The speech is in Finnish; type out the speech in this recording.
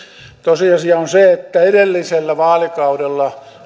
tosiasia on se että edellisellä vaalikaudella